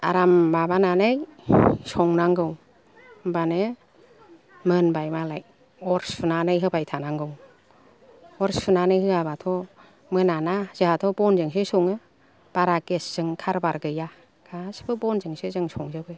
आराम माबानानै संनांगौ होनबानो मोनबाय मालाय अर सुनानै होबाय थानांगौ अर सुनानै होयाबाथ' मोना ना जोंहाथ' बनजोंसो सङो बारा गेसजों खारबार गैया गासिबो बनजोंसो जों संजोबो